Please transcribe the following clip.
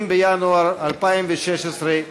20 בינואר 2016,